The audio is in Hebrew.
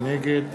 נגד